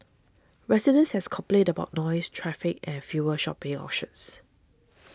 residents has complained about noise traffic and fewer shopping options